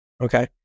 okay